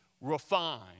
refined